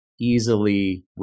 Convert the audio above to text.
easily